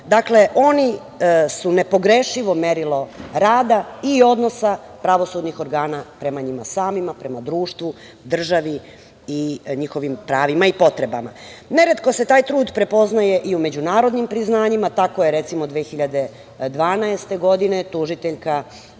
zakona. Dakle, oni su nepogrešivo merilo rada i odnosa pravosudnih organa prema njima samima, prema društvu, državi i njihovim pravima i potrebama. Ne retko se taj trud prepoznaje i u međunarodnim priznanjima i tako je recimo, 2012. godine, tužiteljka